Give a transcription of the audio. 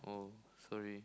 oh sorry